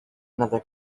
another